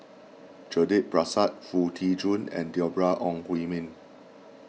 Judith Prakash Foo Tee Jun and Deborah Ong Hui Min